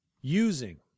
using